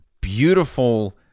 beautiful